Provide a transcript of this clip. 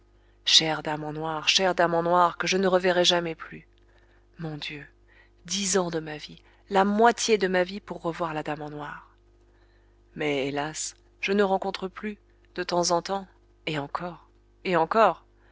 dame en noir chère dame en noir que je ne reverrai jamais plus mon dieu dix ans de ma vie la moitié de ma vie pour revoir la dame en noir mais hélas je ne rencontre plus de temps en temps et encore et encore